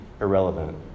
irrelevant